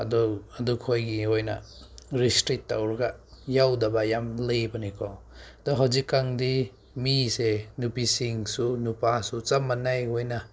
ꯑꯗꯨ ꯑꯗꯨ ꯈꯣꯏꯒꯤ ꯑꯣꯏꯅ ꯔꯤꯁꯇ꯭ꯔꯤꯛ ꯇꯧꯔꯒ ꯌꯥꯎꯗꯕ ꯌꯥꯝ ꯂꯩꯕꯅꯦꯀꯣ ꯑꯗꯣ ꯍꯧꯖꯤꯛ ꯀꯥꯟꯗꯤ ꯃꯤꯁꯦ ꯅꯨꯄꯤꯁꯤꯡꯁꯨ ꯅꯨꯄꯥꯁꯨ ꯆꯞ ꯃꯥꯟꯅꯦ ꯑꯣꯏꯅ